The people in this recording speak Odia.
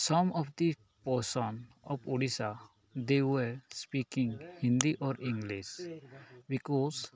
ସମ of the portion of Odisha they were speaking Hindi or English because